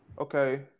Okay